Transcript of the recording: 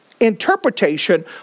interpretation